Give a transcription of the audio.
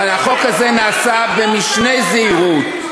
החוק הזה נעשה במשנה זהירות.